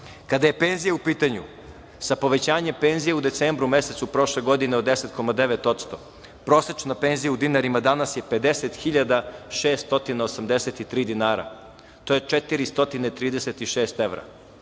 je penzija u pitanju, sa povećanjem penzije u decembru mesecu prošle godine od 10,9% prosečna penzija u dinarima danas je 50.683 dinara. To je 436 evra.